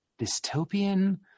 Dystopian